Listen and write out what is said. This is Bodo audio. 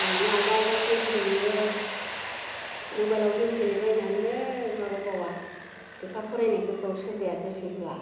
ओरैनो आलादा आलादा गेम गेलेयो मबाइलाव गेम गेलेबायनानैनो माबाबावा लेखा फरायनायफोरखौ सोरबाया गोसो होआ